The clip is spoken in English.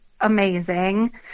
amazing